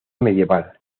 medieval